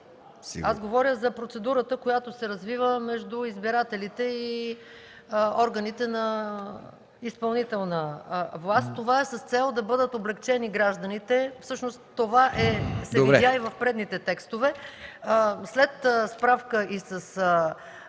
Говоря за процедурата, която се развива между избирателите и органите на изпълнителната власт. Това е с цел да бъдат облекчени гражданите. Това се видя и в предните текстове. След справка и с